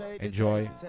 enjoy